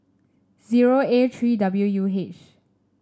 zero A three W U H